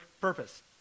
purpose